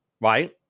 right